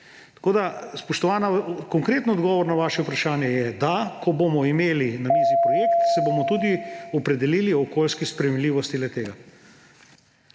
državi. Spoštovana, konkretni odgovor na vaše vprašanje je – da, ko bomo imeli na mizi projekt, se bomo tudi opredelili o okoljski sprejemljivosti le-tega.